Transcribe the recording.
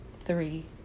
three